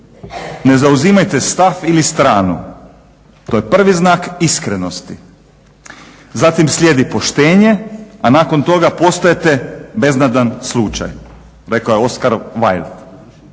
ne zauzimajte stav ili stranu to je prvi znak iskrenosti. Zatim slijedi poštenje, a nakon toga postajete beznadan slučaj rekao je Oscar Wild.